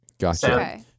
Gotcha